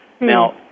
Now